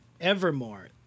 evermore